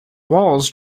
walls